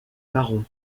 baron